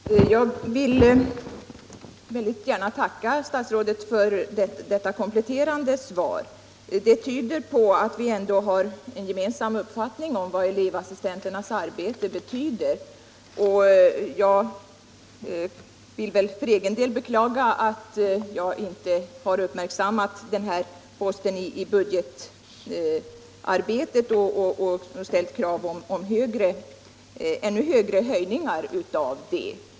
Herr talman! Jag vill väldigt gärna tacka statsrådet för detta kompletterande svar. Det tyder på att statsrådet och jag ändå har en gemensam uppfattning om vad elevassistenternas arbete betyder. Jag beklagar för egen del att jag inte har uppmärksammat den här posten i budgetarbetet och ställt krav om ännu större höjningar av anslaget.